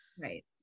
right